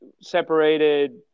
separated